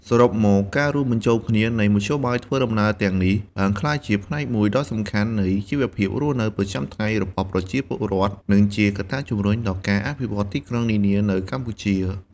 សរុបមក ការរួមបញ្ចូលគ្នានៃមធ្យោបាយធ្វើដំណើរទាំងនេះ បានក្លាយជាផ្នែកមួយដ៏សំខាន់នៃជីវភាពរស់នៅប្រចាំថ្ងៃរបស់ប្រជាពលរដ្ឋ និងជាកត្តាជំរុញដល់ការអភិវឌ្ឍទីក្រុងនានានៅកម្ពុជា។